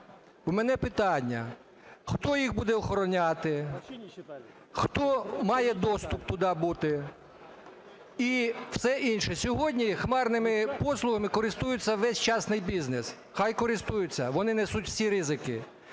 В мене питання. Хто їх буде охороняти? Хто буде доступ туди мати і все інше? Сьогодні хмарними послугами користується весь частный бізнес. Хай користується, вони несуть всі ризики.